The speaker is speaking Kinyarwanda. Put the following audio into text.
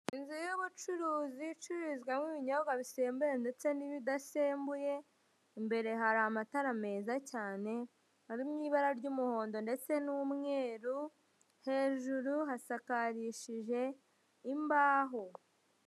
Inzu y'ubucuruzi icururizwamo ibinyobwa bisembuye ndetse n'ibidasembuye imbere hari amatara meza cyane ari mu ibara ry'umuhondo ndetse n'umweru, hejuru hasakarishijwe imbaho.